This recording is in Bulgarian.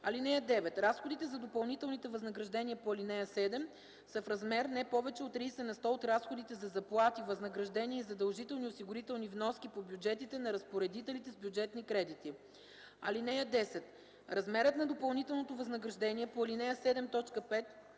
ал. 3. (9) Разходите за допълнителните възнаграждения по ал. 7 са в размер не повече от 30 на сто от разходите за заплати, възнаграждения и задължителни осигурителни вноски по бюджетите на разпоредителите с бюджетни кредити. (10) Размерът на допълнителното възнаграждение по ал. 7,